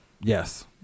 Yes